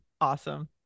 awesome